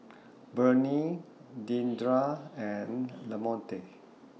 Bennie Deandre and Lamonte